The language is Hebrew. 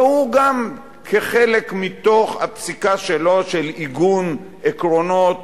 והוא גם, כחלק מתוך הפסיקה שלו, של עיגון עקרונות